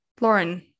Lauren